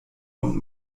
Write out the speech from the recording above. und